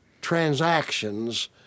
transactions